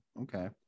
Okay